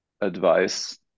advice